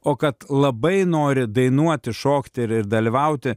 o kad labai nori dainuoti šokti ir ir dalyvauti